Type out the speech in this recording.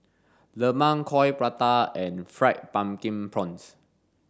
lemang coin prata and fried pumpkin prawns